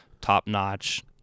top-notch